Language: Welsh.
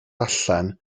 allan